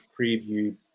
preview